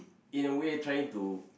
in a way trying to